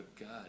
God